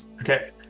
Okay